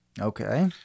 Okay